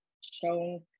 shown